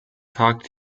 tagt